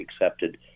accepted